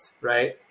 Right